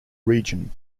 region